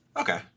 Okay